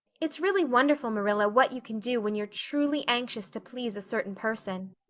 it's really wonderful, marilla, what you can do when you're truly anxious to please a certain person.